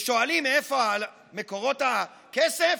ושואלים מאיפה מקורות הכסף?